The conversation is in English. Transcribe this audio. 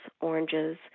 oranges